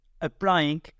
applying